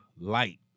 light